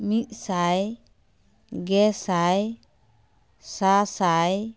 ᱢᱤᱫ ᱥᱟᱭ ᱜᱮᱥᱟᱭ ᱥᱟᱥᱟᱭ